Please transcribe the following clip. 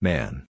Man